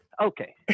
Okay